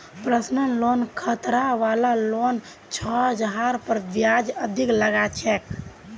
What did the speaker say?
personal loan खतरा वला loan छ जहार पर ब्याज अधिक लग छेक